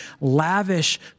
lavish